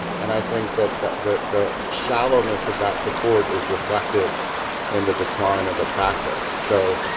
and i think that that the the shallowness of that support is reflected in the decline of the practice. so